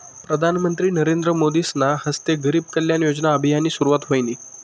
प्रधानमंत्री नरेंद्र मोदीसना हस्ते गरीब कल्याण योजना अभियाननी सुरुवात व्हयनी